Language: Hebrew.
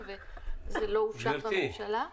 וזה לא אושר בממשלה --- גבירתי,